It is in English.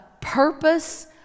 purpose